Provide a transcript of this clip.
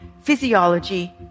physiology